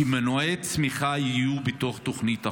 שמנועי צמיחה יהיו בתוך תוכנית החומש.